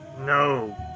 No